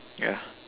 ya